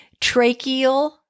Tracheal